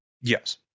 Yes